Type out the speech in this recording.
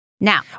Now